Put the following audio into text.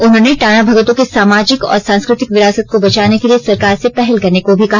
उन्होंने टाना भगतों के सामाजिक और सांस्कृतिक विरासत को बचाने के लिए सरकार से पहल करने को भी कहा